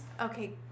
Okay